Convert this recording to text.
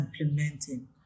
implementing